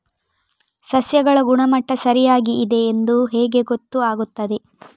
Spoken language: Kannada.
ಸಸ್ಯಗಳ ಗುಣಮಟ್ಟ ಸರಿಯಾಗಿ ಇದೆ ಎಂದು ಹೇಗೆ ಗೊತ್ತು ಆಗುತ್ತದೆ?